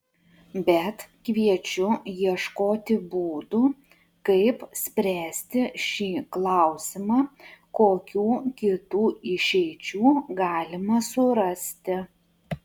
bet kviečiu ieškoti būdų kaip spręsti šį klausimą kokių kitų išeičių galima surasti